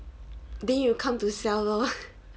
then you come to cell lor